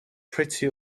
pretty